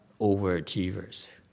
overachievers